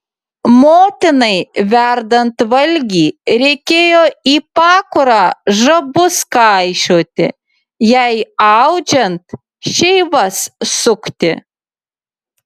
motinai verdant valgį reikėjo į pakurą žabus kaišioti jai audžiant šeivas sukti